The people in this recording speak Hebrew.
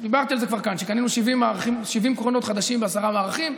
דיברתי על זה כבר כאן: קנינו 70 קרונות חדשים בעשרה מערכים.